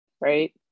right